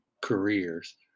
careers